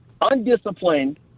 undisciplined